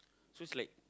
so it's like